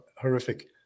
horrific